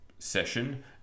session